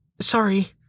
sorry